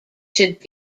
should